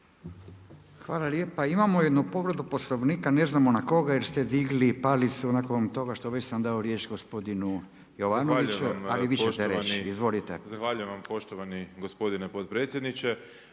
Hvala lijepa. Imamo jednu povredu Poslovnika, ne znamo na koga jer ste digli palicu nakon toga što već sam dao riječ gospodinu Jovanoviću. Ali vi ćete reći. **Grbin, Peđa (SDP)** Zahvaljujem vam poštovani gospodine potpredsjedniče.